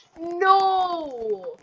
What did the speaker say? No